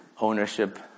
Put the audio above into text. ownership